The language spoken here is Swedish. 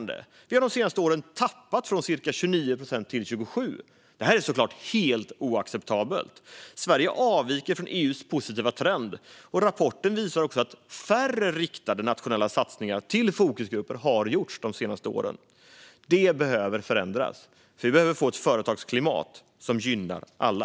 Vi har under de senaste åren tappat från cirka 29 procent till 27 procent. Detta är självklart helt oacceptabelt. Sverige avviker från EU:s positiva trend. Rapporten visar också att färre riktade nationella satsningar på fokusgrupper har gjorts de senaste åren. Detta behöver förändras. Vi behöver få ett företagsklimat som gynnar alla.